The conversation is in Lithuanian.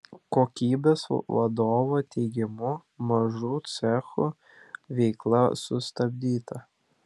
kokybės vadovo teigimu mažų cechų veikla sustabdyta